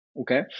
okay